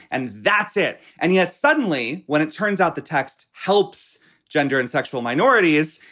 and that's it. and yet suddenly, when it turns out the text helps gender and sexual minorities,